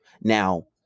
Now